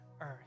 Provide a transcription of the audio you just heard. earth